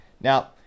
now